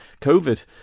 Covid